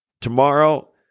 tomorrow